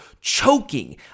choking